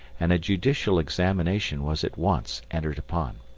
and a judicial examination was at once entered upon.